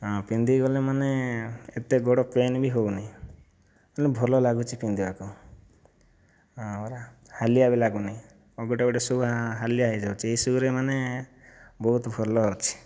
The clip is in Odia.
ହଁ ପିନ୍ଧିକି ଗଲେ ମାନେ ଏତେ ଗୋଡ଼ ପେନ୍ ବି ହେଉନାହିଁ ତେଣୁ ଭଲ ଲାଗୁଛି ପିନ୍ଧିବାକୁ ହଁ ପରା ହାଲିଆ ବି ଲାଗୁନାହିଁ ହଁ ଗୋଟିଏ ଗୋଟିଏ ସୁ' ହାଲିଆ ହୋଇଯାଉଛି ଏହି ସୁ'ରେ ମାନେ ବହୁତ ଭଲ ଅଛି